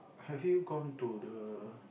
have you gone to the